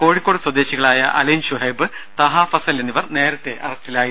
കോഴിക്കോട് സ്വദേശികളായ അലൻ ഷുഹൈബ് താഹ ഫസൽ എന്നിവർ നേരത്തെ അറസ്റ്റിലായിരുന്നു